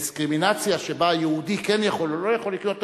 לדיסקרימינציה שבה יהודי כן יכול או לא יכול לקנות.